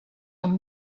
amb